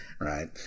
right